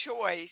choice